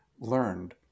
learned